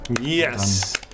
Yes